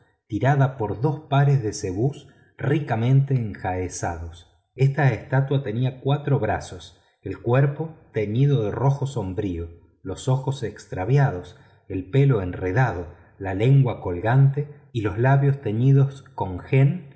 tirada por dos pares de zebús ricamente enjaezados esta estatua tenía cuatro brazos el cuerpo teñido de rojo sombrío los ojos extraviados el pelo enredado la lengua colgante y los labios teñidos en